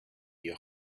your